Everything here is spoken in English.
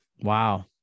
wow